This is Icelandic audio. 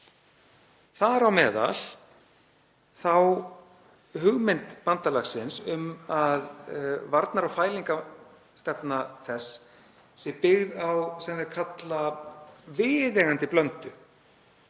þar á meðal þá hugmynd bandalagsins að varnar- og fælingarstefna þess sé byggð á því sem þeir kalla viðeigandi blöndu,